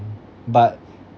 but